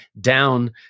down